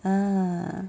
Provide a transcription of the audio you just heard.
ah